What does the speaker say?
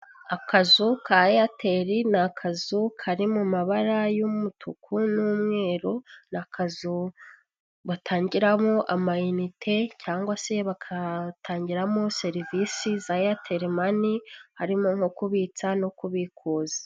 Akazu ka Airtel ni akazu kari mu mabara y'umutuku n'umweru ni akazu batangiramo amayinite cyangwa se bakatangiramo serivisi za Airtel mani harimo nko kubitsa no kubikuza.